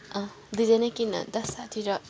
अँ दुईजानै किन न अन्त साथी र